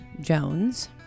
Jones